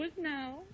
now